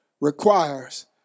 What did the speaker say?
requires